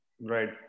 Right